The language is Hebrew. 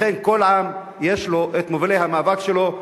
לכן, כל עם יש לו את מובילי המאבק שלו.